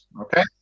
okay